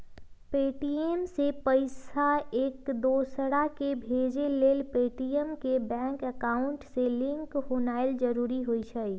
Paytm से पईसा एकदोसराकेँ भेजे लेल पेटीएम के बैंक अकांउट से लिंक होनाइ जरूरी होइ छइ